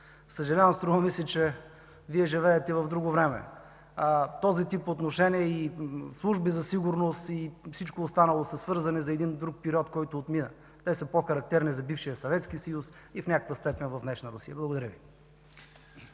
Съжалявам, струва ми се, че Вие живеете в друго време. Този тип отношения – служби за сигурност и всичко останало, са свързани с един друг период, който отмина. Те са по-характерни за бившия Съветски съюз и в някаква степен за днешна Русия. Благодаря Ви.